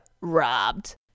Robbed